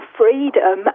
freedom